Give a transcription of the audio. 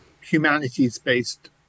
humanities-based